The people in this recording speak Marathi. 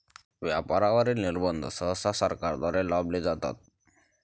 व्यापारावरील निर्बंध सहसा सरकारद्वारे लादले जातात